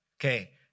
Okay